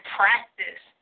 practice